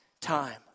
time